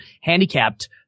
handicapped